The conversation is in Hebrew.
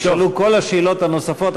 נשאלו כל השאלות הנוספות,